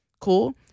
cool